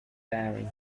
tiring